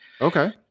Okay